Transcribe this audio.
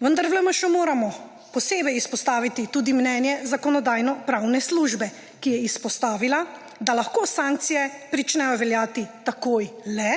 Vendar v LMŠ moramo posebej izpostaviti tudi mnenje Zakonodajno-pravne službe, ki je izpostavila, da lahko sankcije pričnejo veljati takoj le,